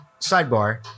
sidebar